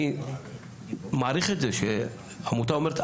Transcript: אני מעריך את זה שעמותה אומרת,